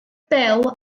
bêl